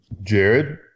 Jared